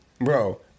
Bro